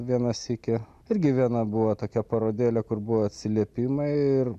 vieną sykį irgi viena buvo tokia parodėlė kur buvo atsiliepimai ir